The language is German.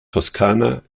toskana